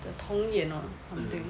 the 童眼 uh something